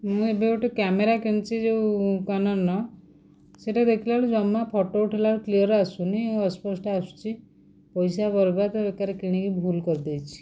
ମୁଁ ଏବେ ଗୋଟେ କ୍ୟାମେରା କିଣିଛି ଯେଉଁ କ୍ୟାନନ୍ର ସେଇଟା ଦେଖିଲା ବେଳକୁ ଜମା ଫଟୋ ଉଠାଇଲା ବେଳକୁ କ୍ଲିଅର୍ ଆସୁନି ଅସ୍ପଷ୍ଟ ଆସୁଛି ପଇସା ବରବାଦ ବେକାର କିଣିକି ଭୁଲ କରିଦେଇଛି